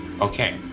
Okay